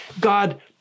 God